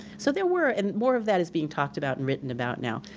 so there were, and more of that is being talked about and written about now,